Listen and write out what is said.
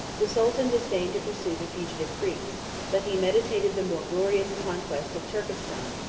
the sultan disdained to pursue the fugitive greeks but he meditated the more glorious conquest of turkestan,